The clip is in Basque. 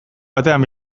batean